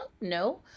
no